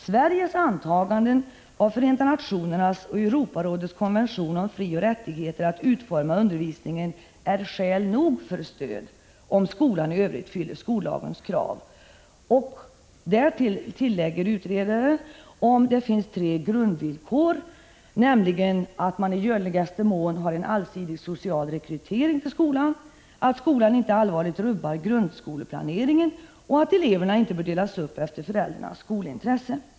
Sveriges antaganden av Förenta Nationernas och Europarådets konventioner om frioch rättigheter att utforma undervisningen är skäl nog för stöd, om skolan i övrigt fyller skollagens krav ——-” och därtill tre grundvillkor, som utredningen ställer upp, nämligen en i görligaste mån allsidig social rekrytering, att skolan inte allvarligt rubbar grundskoleplaneringen och att eleverna inte bör delas upp efter föräldrarnas skolintresse.